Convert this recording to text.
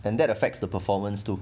and that affects the performance too